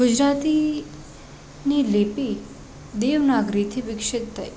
ગુજરાતીની લિપિ દેવનાગરીથી વિકસિત થઈ